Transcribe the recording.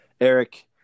Eric